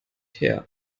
her